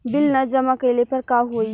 Bill न जमा कइले पर का होई?